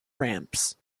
ramps